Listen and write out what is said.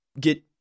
get